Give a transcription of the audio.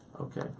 Okay